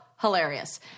Hilarious